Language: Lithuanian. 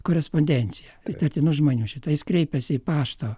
korespondencija įtartinų žmonių šita jis kreipiasi į paštą